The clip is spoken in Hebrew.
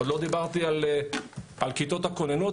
עוד לא דיברתי על כיתת הכוננות,